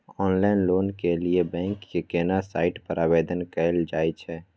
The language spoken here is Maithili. ऑनलाइन लोन के लिए बैंक के केना साइट पर आवेदन कैल जाए छै?